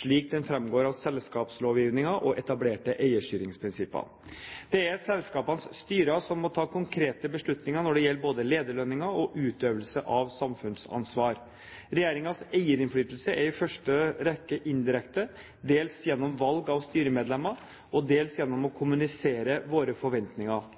slik det framgår av selskapslovgivningen og etablerte eierstyringsprinsipper. Det er selskapenes styrer som må ta konkrete beslutninger når det gjelder både lederlønninger og utøvelse av samfunnsansvar. Regjeringens eierinnflytelse er i første rekke indirekte, dels gjennom valg av styremedlemmer og dels gjennom å kommunisere våre forventninger.